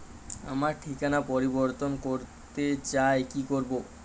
আমার ঠিকানা পরিবর্তন করতে চাই কী করব?